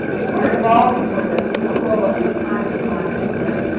we're evolving towards that, but motorola at the time responded and said,